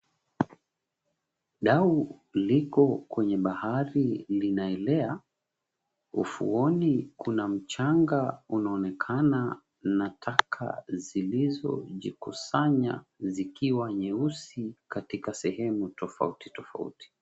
Dau liko kwenye bahari linaelea. Ufuoni kuna mchanga unaonekana na taka zilizojikusanya zikiwa nyeusi katika sehemu tofauti tofauti.